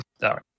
Sorry